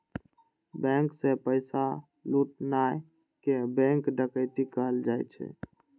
bank सं पैसा लुटनाय कें बैंक डकैती कहल जाइ छै